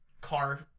car